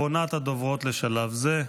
אחרונת הדוברות לשלב זה.